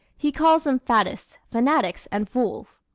he calls them faddists, fanatics and fools.